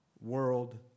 world